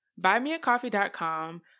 BuyMeACoffee.com